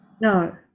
No